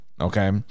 okay